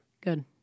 good